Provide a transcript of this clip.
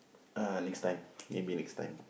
uh next time maybe next time